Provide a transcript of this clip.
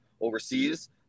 overseas